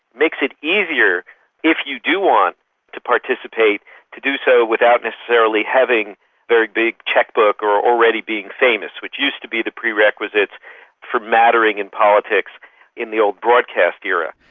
makes it easier if you do want to participate to do so without necessarily having a very big cheque-book or already being famous, which used to be the prerequisite for mattering in politics in the old broadcast era.